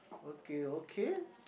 okay okay